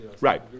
Right